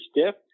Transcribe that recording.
stiff